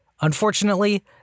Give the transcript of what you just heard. Unfortunately